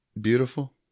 beautiful